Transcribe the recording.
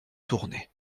tournay